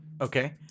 Okay